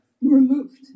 removed